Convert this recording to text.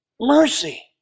mercy